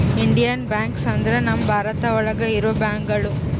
Indian banks ಅಂದ್ರ ನಮ್ ಭಾರತ ಒಳಗ ಇರೋ ಬ್ಯಾಂಕ್ಗಳು